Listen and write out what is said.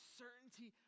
certainty